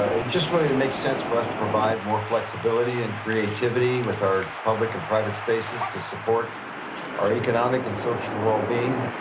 it just really makes sense for us to provide more flexibility and creativity with our public and private spaces to support our economic and social well being.